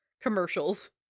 commercials